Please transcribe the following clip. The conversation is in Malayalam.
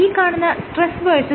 ഈ കാണുന്ന സ്ട്രെസ്സ് vs